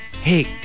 hey